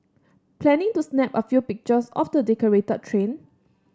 planning to snap a few pictures of the decorated train